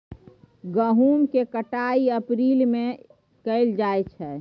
गहुम केर कटाई अप्रील मई में कएल जाइ छै